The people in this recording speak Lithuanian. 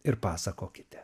ir pasakokite